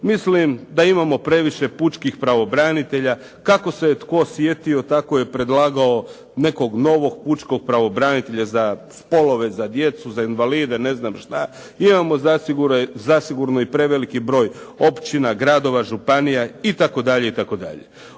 Mislim da imamo previše pučkih pravobranitelja, kako se tko sjetio, tako je predlagao nekog novog pučkog pravobranitelja za spolove, za djecu, za invalide, ne znam što, imamo zasigurno i preveliki broj općina, gradova, županija itd., itd.